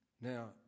Now